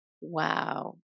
Wow